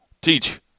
Teach